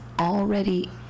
already